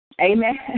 Amen